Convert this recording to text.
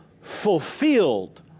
fulfilled